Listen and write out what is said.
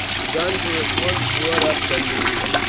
the guns were at once brought up from the rear,